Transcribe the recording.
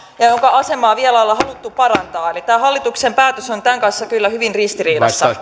ja jonka asemaa vielä ollaan haluttu parantaa eli tämä hallituksen päätös on tämän kanssa kyllä hyvin ristiriidassa